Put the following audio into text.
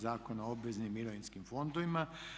Zakona o obveznim mirovinskim fondovima.